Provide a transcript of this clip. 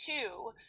two